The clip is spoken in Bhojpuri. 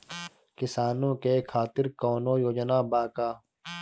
किसानों के खातिर कौनो योजना बा का?